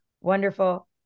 wonderful